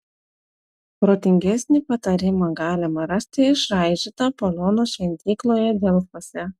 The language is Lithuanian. protingesnį patarimą galima rasti išraižytą apolono šventykloje delfuose